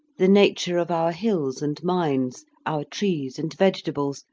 the nature of our hills and mines, our trees and vegetables,